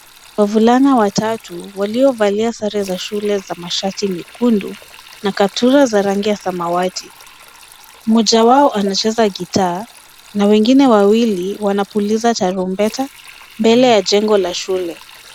Wavulana watatu waliovalia sare za shule za mashati mekundu na kaptura za rangi ya samawati. Mmoja wao anacheza gitaa na wengine wawili wanapuliza tarumbeta mbele ya jengo la shule.